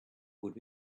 would